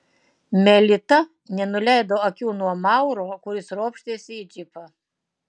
melita nenuleido akių nuo mauro kuris ropštėsi į džipą